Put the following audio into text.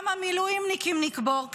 כמה מילואימניקים נקבור?